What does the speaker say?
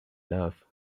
love